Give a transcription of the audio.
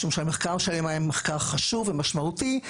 משום שהמחקר שלהם היה מחקר חשוב ומשמעותי,